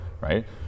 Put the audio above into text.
right